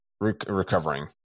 recovering